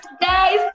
guys